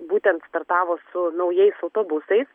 būtent startavo su naujais autobusais